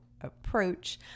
approach